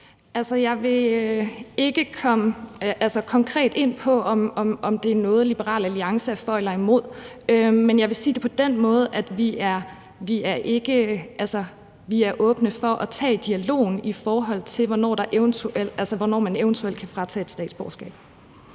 Jeg vil ikke konkret komme ind på, om det er noget, Liberal Alliance er for eller imod, men jeg vil sige det på den måde, at vi er åbne over for at tage dialogen, i forhold til hvornår man eventuelt kan fratage nogen et statsborgerskab.